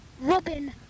Robin